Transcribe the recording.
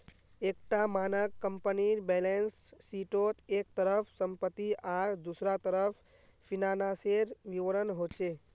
एक टा मानक कम्पनीर बैलेंस शीटोत एक तरफ सम्पति आर दुसरा तरफ फिनानासेर विवरण होचे